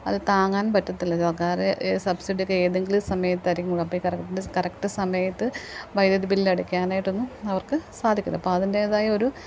അത് താങ്ങാൻ പറ്റത്തില്ല കാര്യം സബ്സിഡി ഒക്കെ ഏതെങ്കിലും സമയത്തായിരിക്കും കൊട അപ്പം ഈ കറക്റ്റ് കറക്റ്റ് സമയത്ത് വൈദ്യുതി ബിൽ അടയ്ക്കാനായിട്ടൊന്നും അവർക്ക് സാധിക്കില്ല അപ്പതിൻ്റേതായ ഒരു